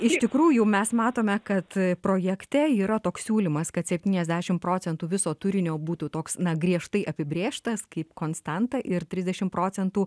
iš tikrųjų mes matome kad projekte yra toks siūlymas kad septyniasdešim procentų viso turinio būtų toks na griežtai apibrėžtas kaip konstanta ir trisdešim procentų